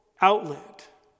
outlet